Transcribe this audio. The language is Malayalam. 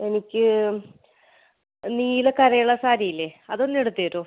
എനിക്ക് നീല കരയുള്ള സാരിയില്ലേ അതൊന്ന് എടുത്ത് തരുവോ